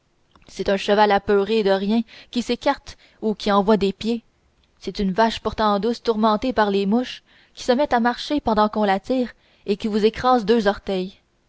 c'est un cheval apeuré de rien qui s'écarte ou qui envoie les pieds c'est une vache pourtant douce tourmentée par les mouches qui se met à marcher pendant qu'on la tire et qui vous écrase deux orteils